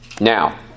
now